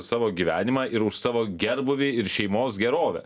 savo gyvenimą ir už savo gerbūvį ir šeimos gerovę